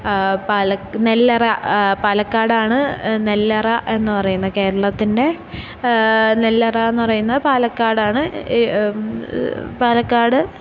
പാലക്ക് നെല്ലറ പാലക്കാടാണ് നെല്ലറ എന്ന് പറയുന്ന കേരളത്തിൻ്റെ നെല്ലറ എന്ന് പറയുന്നത് പാലക്കാടാണ് പാലക്കാട്